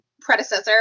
predecessor